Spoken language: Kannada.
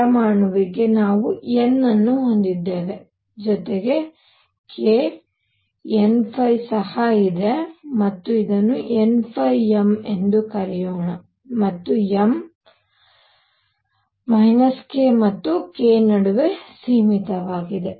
ಪರಮಾಣುವಿಗೆ ನಾವು n ಅನ್ನು ಹೊಂದಿದ್ದೇವೆ ಜೊತೆಗೆ k n ಸಹ ಇದೆ ಮತ್ತು ಅದನ್ನು nm ಎಂದು ಕರೆಯೋಣ ಮತ್ತು m k ಮತ್ತು k ನಡುವೆ ಸೀಮಿತವಾಗಿದೆ